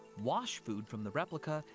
wash food from the replica,